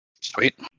Sweet